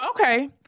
Okay